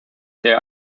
their